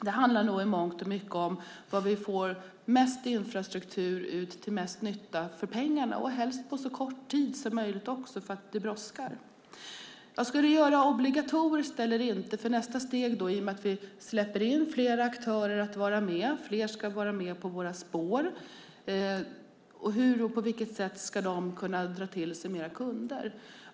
Det handlar nog i mångt och mycket om hur vi får ut mest infrastruktur och mest nytta för pengarna - helst också på så kort tid som möjligt, för det brådskar. Ska det göras obligatoriskt eller inte? Nästa steg i och med att vi släpper in fler aktörer att vara med - fler ska vara med på våra spår - är hur och på vilket sätt de ska kunna dra till sig mer kunder.